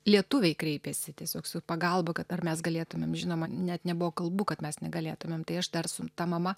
lietuviai kreipėsi tiesiog su pagalba kad ar mes galėtumėm žinoma net nebuvo kalbų kad mes negalėtumėm tai aš dar su ta mama